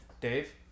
Dave